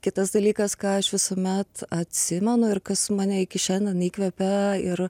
kitas dalykas ką aš visuomet atsimenu ir kas mane iki šiandien įkvepia ir